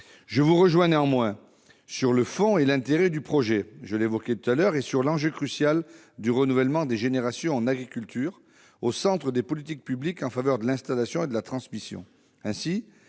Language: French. Je vous rejoins néanmoins sur l'intérêt du projet au fond et sur l'enjeu crucial du renouvellement des générations en agriculture, au centre des politiques publiques en faveur de l'installation et de la transmission.